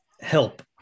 help